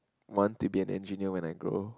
want to be an engineer when I grow